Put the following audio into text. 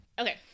Okay